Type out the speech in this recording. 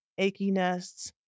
achiness